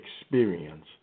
experience